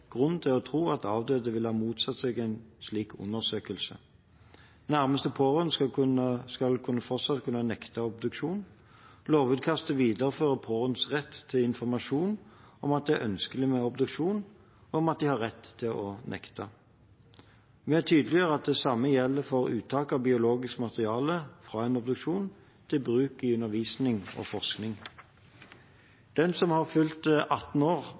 grunn til å tro at avdøde ville ha motsatt seg en slik undersøkelse. Nærmeste pårørende skal fortsatt kunne nekte obduksjon. Lovutkastet viderefører pårørendes rett til informasjon om at det er ønskelig med obduksjon, og om at de har rett til å nekte. Vi tydeliggjør at det samme gjelder for uttak av biologisk materiale fra en obduksjon, til bruk i undervisning og forskning. Den som har fylt 18 år,